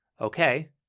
okay